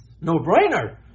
no-brainer